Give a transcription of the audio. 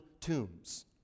tombs